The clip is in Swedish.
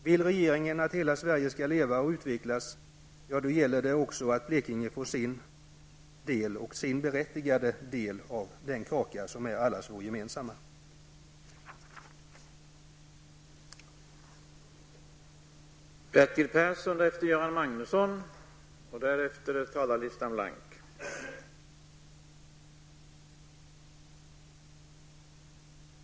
Vill regeringen att hela Sverige skall leva och utvecklas gäller det också att Blekinge får sin berättigade del av vår gemensamma kaka.